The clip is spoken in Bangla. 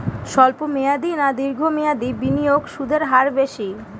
স্বল্প মেয়াদী না দীর্ঘ মেয়াদী বিনিয়োগে সুদের হার বেশী?